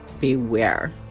beware